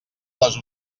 les